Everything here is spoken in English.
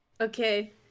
Okay